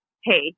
hey